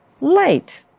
late